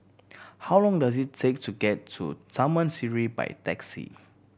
how long does it take to get to Taman Sireh by taxi